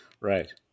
Right